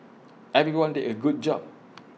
everyone did A good job